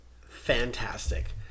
fantastic